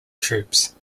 troops